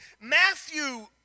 Matthew